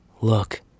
Look